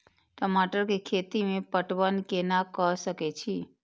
टमाटर कै खैती में पटवन कैना क सके छी?